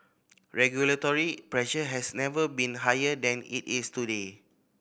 regulatory pressure has never been higher than it is today